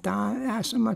tą esamą